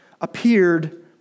appeared